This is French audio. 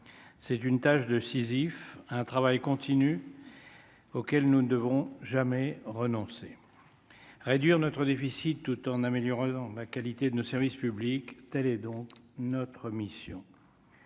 c'est une tâche de Sysiphe un travail continu auquel nous ne devons jamais renoncer réduire notre déficit tout en améliorant en ma qualité de nos services publics tels et donc notre mission,